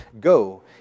go